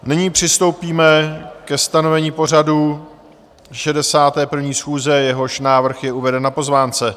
Nyní přistoupíme ke stanovení pořadu 61. schůze, jehož návrh je uveden na pozvánce.